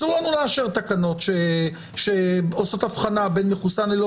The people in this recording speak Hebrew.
אסור לנו לאשר תקנות שעושות אבחנה בין מחוסן ללא